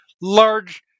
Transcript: large